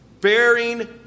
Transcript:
bearing